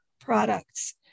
products